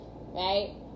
right